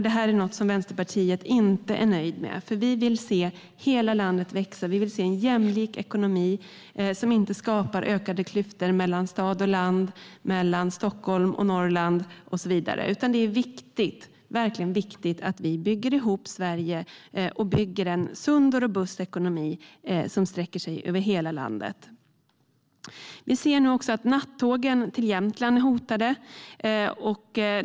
Det är något vi i Vänsterpartiet inte är nöjda med, för vi vill se hela landet växa. Vi vill se en jämlik ekonomi som inte skapar ökade klyftor mellan stad och land, mellan Stockholm och Norrland och så vidare. Det är verkligen viktigt att vi bygger ihop Sverige och bygger en sund och robust ekonomi som sträcker sig över hela landet. Vi ser nu också att nattågen till Jämtland är hotade.